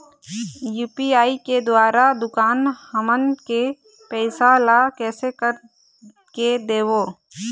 UPI के द्वारा दुकान हमन के पैसा ला कैसे कर के देबो?